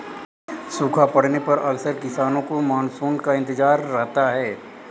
सूखा पड़ने पर अक्सर किसानों को मानसून का इंतजार रहता है